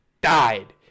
Died